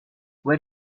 what